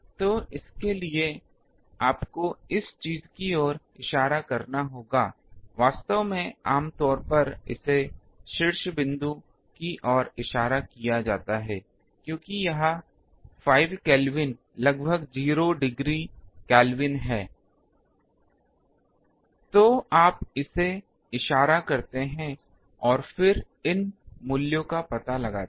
तो इसके लिए आपको इस चीज की ओर इशारा करना होगा वास्तव में आम तौर पर इसे शीर्षबिंदु की ओर इशारा किया जाता है क्योंकि यह 5 डिग्री केल्विन लगभग 0 डिग्री केल्विन है तो आप इसे इशारा करते हैं और फिर इन मूल्यों का पता लगाते हैं